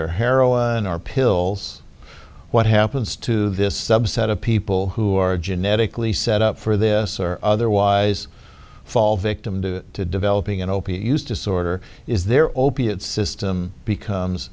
or heroin or pills what happens to this subset of people who are genetically set up for this or otherwise fall victim to developing an opiate use disorder is their opiate system becomes